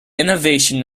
innovation